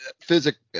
physical